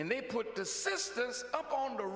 and they put the